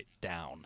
down